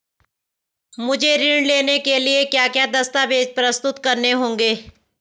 मुझे ऋण लेने के लिए क्या क्या दस्तावेज़ प्रस्तुत करने होंगे?